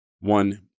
one